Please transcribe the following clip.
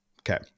Okay